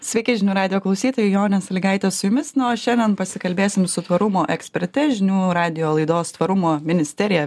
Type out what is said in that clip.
sveiki žinių radijo klausytojai jonės ligaitės su jumis na o šiandien pasikalbėsim su tvarumo eksperte žinių radijo laidos tvarumo ministerija